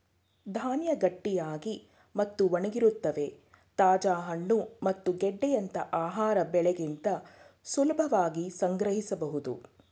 ಧಾನ್ಯ ಗಟ್ಟಿಯಾಗಿ ಮತ್ತು ಒಣಗಿರುತ್ವೆ ತಾಜಾ ಹಣ್ಣು ಮತ್ತು ಗೆಡ್ಡೆಯಂತ ಆಹಾರ ಬೆಳೆಗಿಂತ ಸುಲಭವಾಗಿ ಸಂಗ್ರಹಿಸ್ಬೋದು